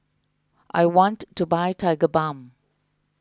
I want to buy Tigerbalm